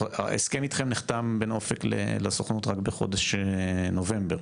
הסכם איתכם נחתם בין 'אופק' לסוכנות רק בחודש נובמבר,